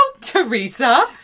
Teresa